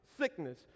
sickness